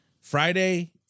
Friday